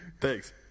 Thanks